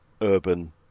urban